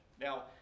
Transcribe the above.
Now